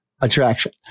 attraction